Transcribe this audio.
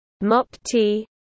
Mopti